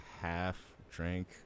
half-drank